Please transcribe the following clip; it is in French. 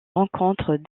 rencontres